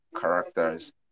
characters